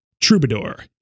Troubadour